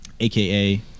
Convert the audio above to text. AKA